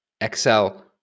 Excel